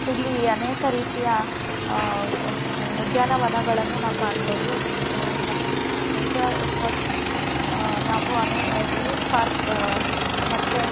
ಇಲ್ಲಿ ಅನೇಕ ರೀತಿಯ ಉದ್ಯಾನವನಗಳನ್ನು ನಾವು ಕಾಣ್ಬೋದು ಇದಾ ಫ಼ಸ್ಟ್ ನಾವು ಅನೇ ಗ್ರೀನ್ ಪಾರ್ಕ್ ಮತ್ತೆ